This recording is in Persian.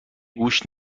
گوش